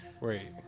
Wait